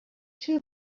too